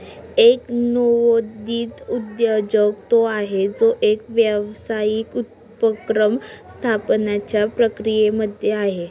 एक नवोदित उद्योजक तो आहे, जो एक व्यावसायिक उपक्रम स्थापण्याच्या प्रक्रियेमध्ये आहे